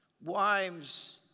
wives